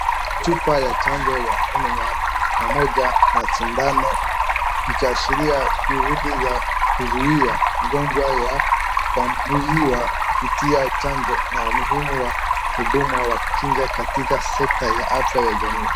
Chupa ya chanjo ya MMR pamoja na sindano ikiashiria juhudi za kuzuia ugonjwa ya kuambukizwa kupitia chanjo na umuhimu wa hudumu wa kinga katika sector ya afya ya jamii.